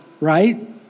right